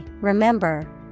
remember